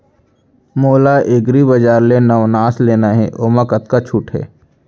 मोला एग्रीबजार ले नवनास लेना हे ओमा कतका छूट हे?